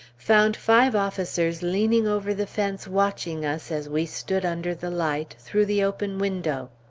found five officers leaning over the fence watching us as we stood under the light, through the open window.